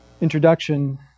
introduction